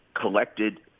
collected